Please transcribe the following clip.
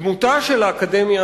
דמותה של האקדמיה,